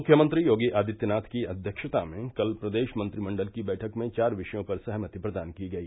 मुख्यमंत्री योगी आदित्यनाथ की अध्यक्षता में कल प्रदेश मंत्रिमंडल की बैठक में चार विषयों पर सहमति प्रदान की गई